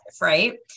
right